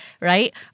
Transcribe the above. right